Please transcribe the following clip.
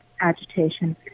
agitation